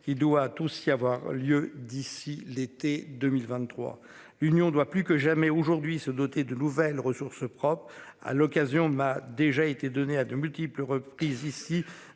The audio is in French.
qui doit aussi avoir lieu d'ici l'été 2023, l'Union doit plus que jamais aujourd'hui se doter de nouvelles ressources propres à l'occasion m'a déjà été donné à de multiples reprises ici